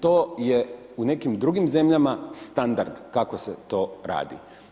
To je u nekim durim zemljama standard kako se to radi.